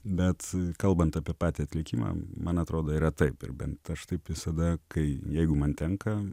bet kalbant apie patį atlikimą man atrodo yra taip ir bent aš taip visada kai jeigu man tenka